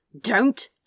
Don't